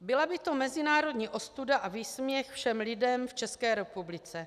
Byla by to mezinárodní ostuda a výsměch všem lidem v České republice.